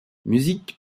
musique